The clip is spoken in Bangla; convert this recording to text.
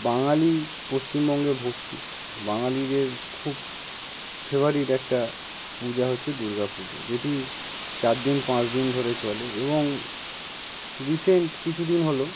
বাঙালি পশ্চিমবঙ্গে ভর্তি বাঙালিদের খুব ফেভারিট একটা পূজা হচ্ছে দুর্গা পুজো যেটি চারদিন পাঁচ দিন ধরে চলে এবং রিসেন্ট কিছুদিন হল